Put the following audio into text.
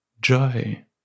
Joy